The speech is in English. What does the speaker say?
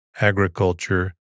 agriculture